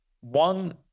One